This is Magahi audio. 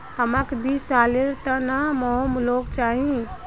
हमाक दी सालेर त न होम लोन चाहिए